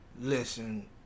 Listen